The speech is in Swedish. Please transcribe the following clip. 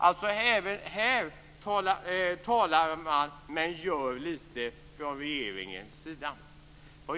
Även i det här fallet talar man men gör lite från regeringens sida.